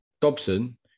Dobson